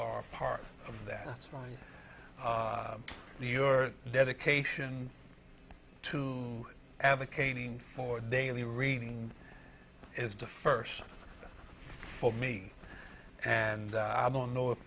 are part of that your dedication to advocating for daily reading is the first for me and i don't know if